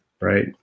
Right